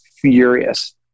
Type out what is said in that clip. furious